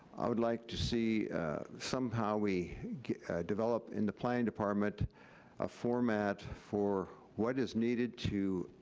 i would like to see somehow we develop in the planning department a format for what is needed to